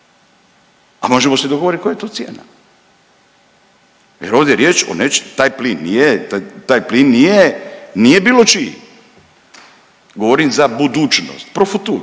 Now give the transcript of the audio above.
A možemo se dogovoriti koja je to cijena, jer ovdje je riječ o nečem, taj plin nije, nije bilo čiji. Govorim za budućnost, profuturo.